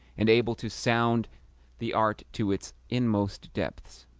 and able to sound the art to its inmost depths